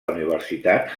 universitat